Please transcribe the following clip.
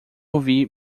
ouvir